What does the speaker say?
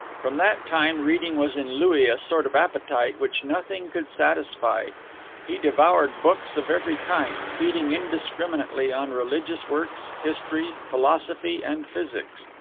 from that time reading was in louis a sort of appetite which nothing could satisfy he devoured books of every kind, feeding indiscriminately on religious works, history, philosophy, and physics.